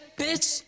bitch